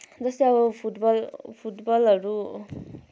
जस्तै अब फुटबल फुटबलहरू